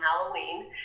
halloween